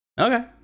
Okay